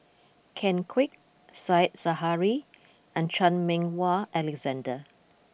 Ken Kwek Said Zahari and Chan Meng Wah Alexander